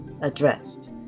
addressed